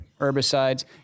herbicides